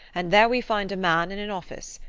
and there we find a man in an office